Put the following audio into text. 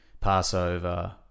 Passover